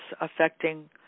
affecting